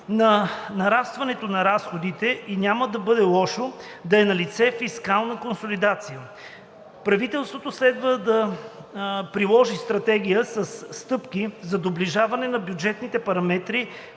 на нарастването на разходите и няма да бъде лошо да е налице фискална консолидация. Правителството следва да приложи стратегия със стъпки за доближаване на бюджетните параметри